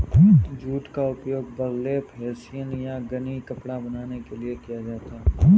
jute का उपयोग burlap hessian या गनी कपड़ा बनाने के लिए किया जाता है